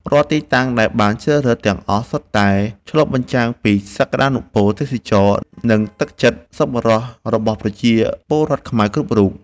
រាល់ទីតាំងដែលបានជ្រើសរើសទាំងអស់ សុទ្ធតែឆ្លុះបញ្ចាំងពីសក្ដានុពលទេសចរណ៍ និងទឹកចិត្តសប្បុរសរបស់ប្រជាពលរដ្ឋខ្មែរគ្រប់រូប។